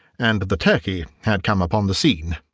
and the turkey had come upon the scene.